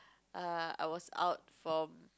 err I was out from